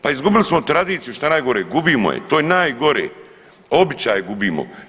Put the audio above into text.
Pa izgubili smo tradiciju što je najgore, gubimo je, to je najgore, običaje gubimo.